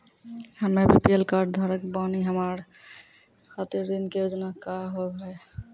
हम्मे BPL card धारक बानि हमारा खातिर ऋण के योजना का होव हेय?